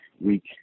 week